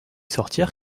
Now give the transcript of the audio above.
sortir